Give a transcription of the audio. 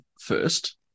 first